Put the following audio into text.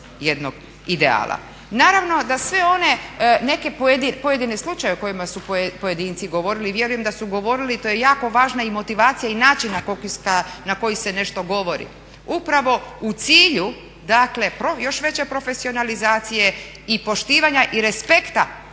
jednog ideala? Naravno da sve one, neki pojedini slučajevi o kojima su pojedinci govorili i vjerujem da su govorili, to je jako važna i motivacija i način na koji se nešto govori, upravo u cilju dakle još veće profesionalizacije i poštivanja i respekta